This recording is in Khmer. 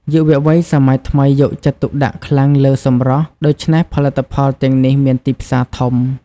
យុវវ័យសម័យថ្មីយកចិត្តទុកដាក់ខ្លាំងលើសម្រស់ ដូច្នេះផលិតផលទាំងនេះមានទីផ្សារធំ។